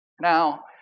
Now